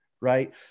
right